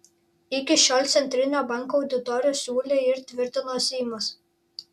iki šiol centrinio banko auditorių siūlė ir tvirtino seimas